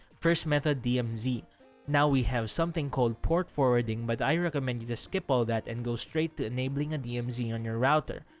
first method dmz now we have something called port forwarding, but i recommend you just skip all that and go straight to enabling a dmz on your router.